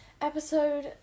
Episode